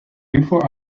before